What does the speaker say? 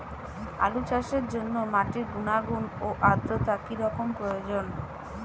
আলু চাষের জন্য মাটির গুণাগুণ ও আদ্রতা কী রকম প্রয়োজন?